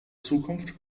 zukunft